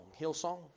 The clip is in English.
Hillsong